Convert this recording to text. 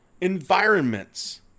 environments